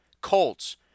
Colts